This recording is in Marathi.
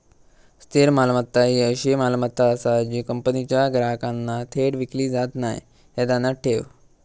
स्थिर मालमत्ता ही अशी मालमत्ता आसा जी कंपनीच्या ग्राहकांना थेट विकली जात नाय, ह्या ध्यानात ठेव